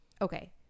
okay